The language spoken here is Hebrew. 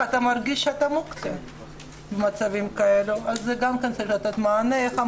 לא תותר כניסת אדם עם חום גוף של 38 מעלות צלזיוס ומעלה,